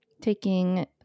taking